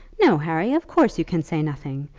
no, harry of course you can say nothing.